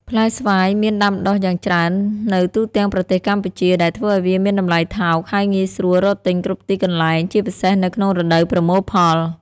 ផ្លែស្វាយមានដាំដុះយ៉ាងច្រើននៅទូទាំងប្រទេសកម្ពុជា ដែលធ្វើឱ្យវាមានតម្លៃថោក ហើយងាយស្រួលរកទិញគ្រប់ទីកន្លែង ជាពិសេសនៅក្នុងរដូវប្រមូលផល។